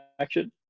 action